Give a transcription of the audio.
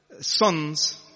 sons